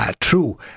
True